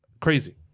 Crazy